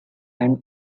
and